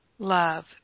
love